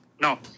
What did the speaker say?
No